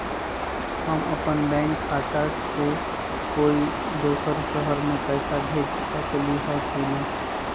हम अपन बैंक खाता से कोई दोसर शहर में पैसा भेज सकली ह की न?